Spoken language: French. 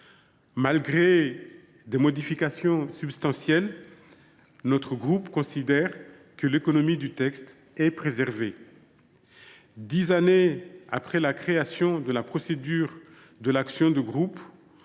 Malgré des modifications substantielles, notre groupe considère que l’économie du texte est préservée. Dix années après la création de la procédure de l’action de groupe,